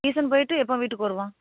tuition போயிட்டு எப்போ வீட்டுக்கு வருவான்